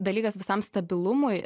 dalykas visam stabilumui